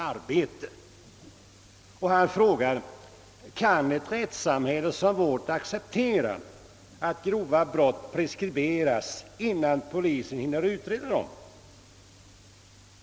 Och rikspolischefen frågar: »Kan ett rättssamhälle som vårt acceptera att grova brott preskriberas innan polisen hinner utreda dem?